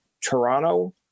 Toronto